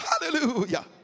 Hallelujah